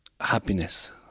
happiness